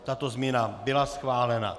Tato změna byla schválena.